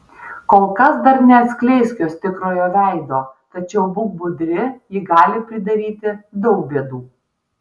kol kas dar neatskleisk jos tikrojo veido tačiau būk budri ji gali pridaryti daug bėdų